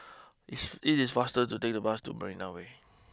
if it is faster to take the bus to Marina way